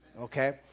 okay